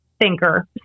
thinker